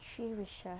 three wishes